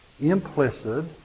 implicit